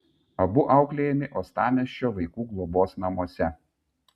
abu auklėjami uostamiesčio vaikų globos namuose